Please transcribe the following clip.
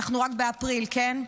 ואנחנו רק באפריל, כן?